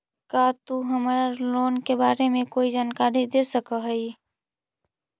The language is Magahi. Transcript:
का तु हमरा लोन के बारे में कोई जानकारी दे सकऽ हऽ?